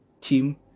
team